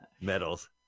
medals